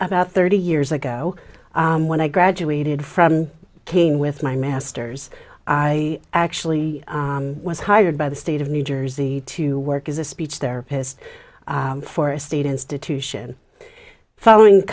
about thirty years ago when i graduated from king with my master's i actually was hired by the state of new jersey to work as a speech therapist for a state institution following